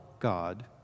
god